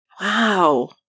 Wow